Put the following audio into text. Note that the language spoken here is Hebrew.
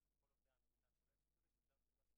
אני חושב שבפן הזה דווקא זה לא היה טוב למדינה פנסיה תקציבית,